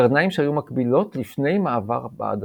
קרניים שהיו מקבילות לפני מעבר בעדשה.